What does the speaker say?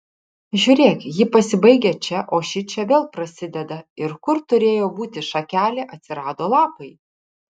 žiūrėk ji pasibaigia čia o šičia vėl prasideda ir kur turėjo būti šakelė atsirado lapai